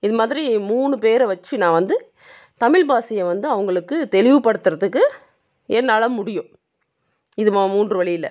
இது மாதிரி மூணு பேரை வெச்சு நான் வந்து தமிழ் பாஷைய வந்து அவங்களுக்கு தெளிவுப்படுத்துகிறதுக்கு என்னால் முடியும் இது மோ மூன்று வழியில்